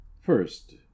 First